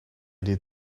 did